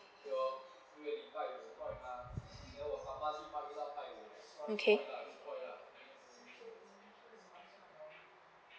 okay